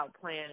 plan